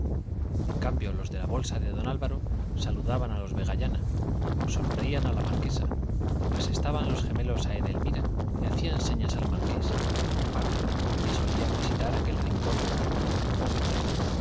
en cambio los de la bolsa de don álvaro saludaban a los vegallana sonreían a la marquesa asestaban los gemelos a edelmira y hacían señas al marqués y a paco que solían visitar aquel rincón